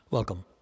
Welcome